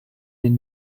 den